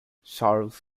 charles